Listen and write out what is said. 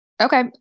Okay